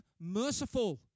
merciful